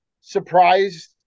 surprised